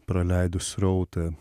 praleidus srautą